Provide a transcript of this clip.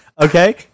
okay